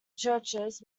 churches